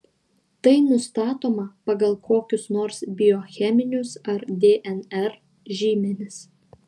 tai nustatoma pagal kokius nors biocheminius ar dnr žymenis